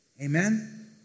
Amen